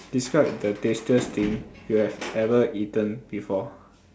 describe the tastiest thing you have ever eaten before